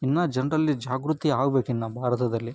ಇನ್ನೂ ಜನರಲ್ಲಿ ಜಾಗೃತಿ ಆಗ್ಬೇಕಿನ್ನೂ ಭಾರತದಲ್ಲಿ